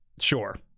sure